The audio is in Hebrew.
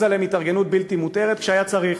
עליהם התארגנות בלתי מותרת כשהיה צריך,